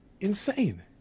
Insane